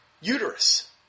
uterus